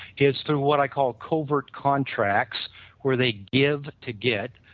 it's what i called covert contracts where they give to get,